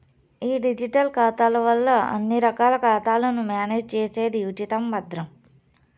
ఈ డిజిటల్ ఖాతాల వల్ల అన్ని రకాల ఖాతాలను మేనేజ్ చేసేది ఉచితం, భద్రం